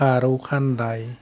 खारौ खानदाय